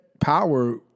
power